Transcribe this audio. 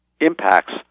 impacts